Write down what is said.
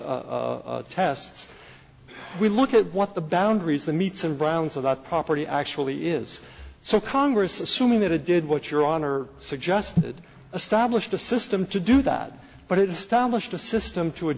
tests we look at what the boundaries the meats and browns of that property actually is so congress assuming that it did what your honor suggested established a system to do that but